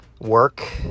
work